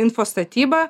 info statyba